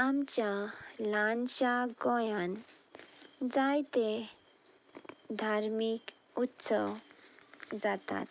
आमच्या ल्हानशा गोंयान जायते धार्मीक उत्सव जातात